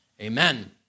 Amen